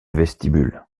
vestibule